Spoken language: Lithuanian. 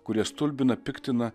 kurie stulbina piktina